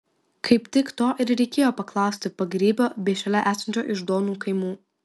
kaip tik to ir reikėjo paklausti pagrybio bei šalia esančio iždonų kaimų